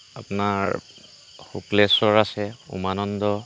আপোনাৰ শুক্লেশ্বৰ আছে উমানন্দ